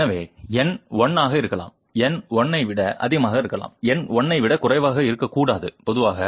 எனவே n 1 ஆக இருக்கலாம் n 1 ஐ விட அதிகமாக இருக்கலாம் n 1 ஐ விட குறைவாக இருக்கக்கூடாது பொதுவாக